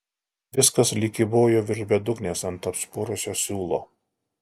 viskas lyg kybojo virš bedugnės ant apspurusio siūlo